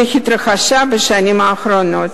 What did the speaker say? שהתרחשה בשנים האחרונות.